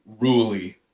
ruly